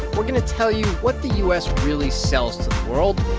we're going to tell you what the u s. really sells world.